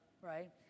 right